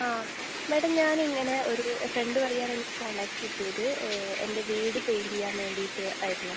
ആ മാഡം ഞാൻ ഇങ്ങനെ ഒരു ഫ്രണ്ട് വഴിയാണ് കോൺടാക്ട് കിട്ടിയത് എൻ്റെ വീട് പെയിൻറ്റ് ചെയ്യാൻ വേണ്ടീട്ട് ആയിരുന്നു